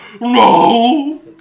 no